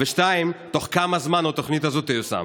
2. בתוך כמה זמן התוכנית הזאת תיושם?